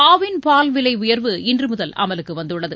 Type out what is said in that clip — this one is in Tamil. ஆவின் பால் விலை உயர்வு இன்று முதல் அமலுக்கு வந்துள்ளது